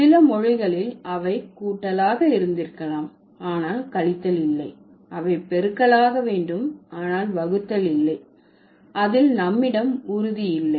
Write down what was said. சில மொழிகளில் அவை கூட்டலாக இருந்திருக்கலாம் ஆனால் கழித்தல் இல்லை அவை பெருக்கலாக வேண்டும் ஆனால் வகுத்தல் இல்லை அதில் நம்மிடம் உறுதி இல்லை